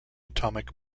atomic